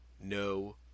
no